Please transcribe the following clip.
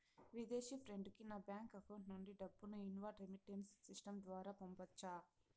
విదేశీ ఫ్రెండ్ కి నా బ్యాంకు అకౌంట్ నుండి డబ్బును ఇన్వార్డ్ రెమిట్టెన్స్ సిస్టం ద్వారా పంపొచ్చా?